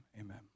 amen